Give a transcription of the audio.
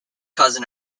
cousin